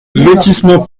lotissement